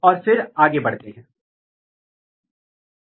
या फिर यह सीधे तौर पर अरे क्यों लेट कर रहा है